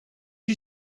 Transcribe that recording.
you